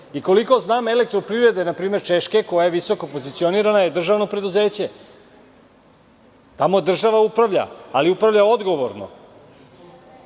Srbije. Koliko znam, Elektroprivreda, na primer Češke, koja je visoko pozicionirana državno preduzeće. Tamo država upravlja, ali upravlja odgovorno.